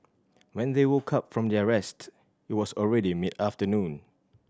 when they woke up from their rest it was already mid afternoon